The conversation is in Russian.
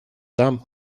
там